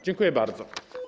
Dziękuję bardzo.